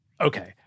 Okay